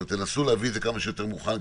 תנסו להביא את זה כמה שיותר מוכן,